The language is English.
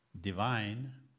divine